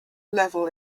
level